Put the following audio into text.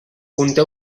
conté